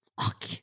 Fuck